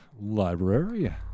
library